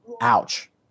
ouch